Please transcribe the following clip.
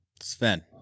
Sven